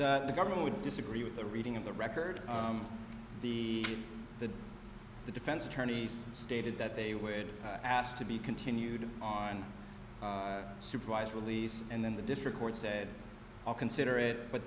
m the government would disagree with the reading of the record the the the defense attorneys stated that they would ask to be continued on supervised release and then the district court said i'll consider it but